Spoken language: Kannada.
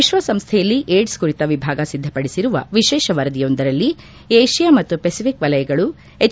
ವಿಶ್ನಸಂಸ್ನೆಯಲ್ಲಿ ಏಡ್ ಕುರಿತ ವಿಭಾಗ ಸಿದ್ಗಪಡಿಸಿರುವ ವಿಶೇಷ ವರದಿಯೊಂದರಲ್ಲಿ ಏಷಿಯಾ ಮತ್ತು ಪೆಸಿಫಿಕ್ ವಲಯಗಳು ಹೆಚ್